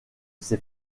sait